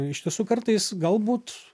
iš tiesų kartais galbūt